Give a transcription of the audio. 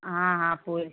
हाँ हाँ पूरे